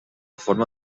forma